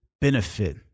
benefit